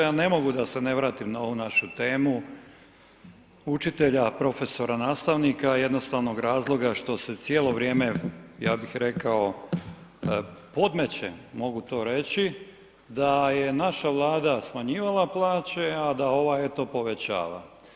Ja ne mogu da se ne vratim na ovu našu temu učitelja, profesora, nastavnika iz jednostavnog razloga što se cijelo vrijeme ja bih rekao podmeće mogu to reći da je naša Vlada smanjivala plaće a da ova eto povećava.